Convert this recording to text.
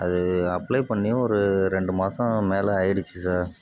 அது அப்ளை பண்ணியும் ஒரு ரெண்டு மாதம் மேல் ஆயிடுச்சு சார்